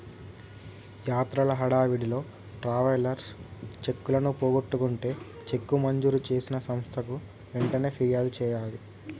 యాత్రల హడావిడిలో ట్రావెలర్స్ చెక్కులను పోగొట్టుకుంటే చెక్కు మంజూరు చేసిన సంస్థకు వెంటనే ఫిర్యాదు చేయాలి